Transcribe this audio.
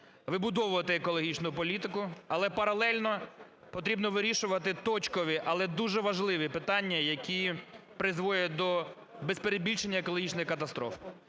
вибудовувати екологічну політику. Але паралельно потрібно вирішувати точкові, але дуже важливі питання, які призводять до, без перебільшення, екологічної катастрофи.